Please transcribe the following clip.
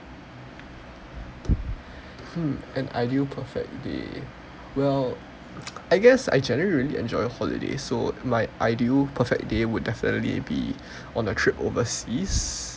hmm an ideal perfect day well I guess I generally enjoy a holiday so my ideal perfect day would definitely be on a trip overseas